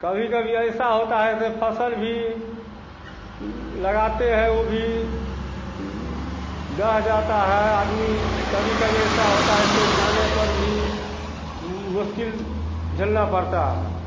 कभी कभी ऐसा होता है से फ़सल भी लगाते हैं वो भी दह जाता है आदमी कभी कभी ऐसा होता है ऐसे खाने पर भी मुश्किल झेलना पड़ता है